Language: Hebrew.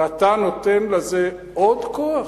ואתה נותן לזה עוד כוח?